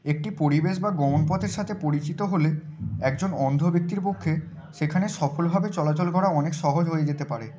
একটি পরিবেশ বা গমনপথের সাথে পরিচিত হলে একজন অন্ধ ব্যক্তির পক্ষে সেখানে সফলভাবে চলাচল করা অনেক সহজ হয়ে যেতে পারে